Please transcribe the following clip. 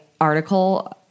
article